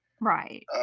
Right